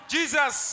Jesus